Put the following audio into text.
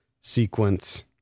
sequence